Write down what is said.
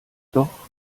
doch